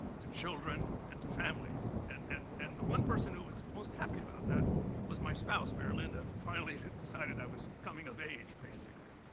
to children, and to families. and and and the one person who was most happy about that was my spouse, mary linda, who finally decided i was coming of age, basically.